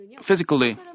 physically